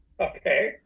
Okay